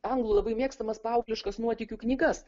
anglų labai mėgstamas paaugliškas nuotykių knygas